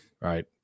right